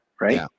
right